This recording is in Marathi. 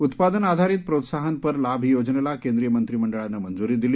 उत्पादनआधारित प्रोत्साहनपर लाभ योजनेला केंद्रीय मंत्रीमंडळानं मंजुरी दिली